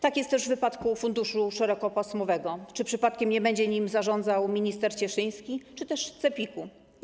Tak jest też w wypadku Funduszu Szerokopasmowego - czy przypadkiem nie będzie nim zarządzał minister Cieszyński? - czy też CEPiK-u.